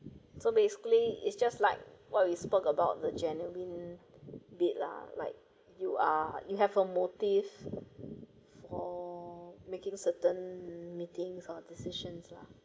so basically it's just like what we spoke about the genuine bit lah like you are you have a motive for making certain meetings or decisions lah